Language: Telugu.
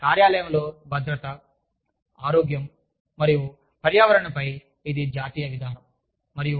కాబట్టి కార్యాలయంలో భద్రత ఆరోగ్యం మరియు పర్యావరణంపై ఇది జాతీయ విధానం